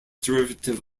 derivative